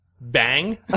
bang